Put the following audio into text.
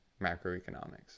macroeconomics